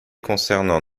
concernant